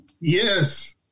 Yes